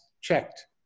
checked